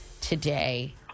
today